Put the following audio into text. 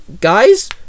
guys